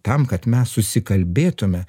tam kad mes susikalbėtume